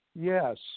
Yes